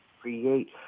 create